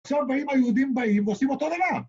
עכשיו באים היהודים באים ועושים אותו דבר